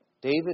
David